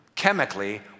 chemically